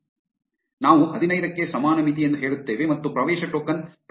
ಆದ್ದರಿಂದ ನಾವು ಹದಿನೈದಕ್ಕೆ ಸಮಾನ ಮಿತಿ ಎಂದು ಹೇಳುತ್ತೇವೆ ಮತ್ತು ಪ್ರವೇಶ ಟೋಕನ್ ಪ್ರವೇಶ ಟೋಕನ್ಗೆ ಸಮಾನವಾಗಿರುತ್ತದೆ